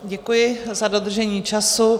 Děkuji za dodržení času.